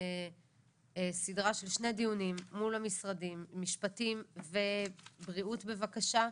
סדרה של שני דיונים מול המשרדים משפטים ובריאות בבקשה,